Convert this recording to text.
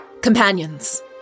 Companions